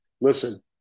listen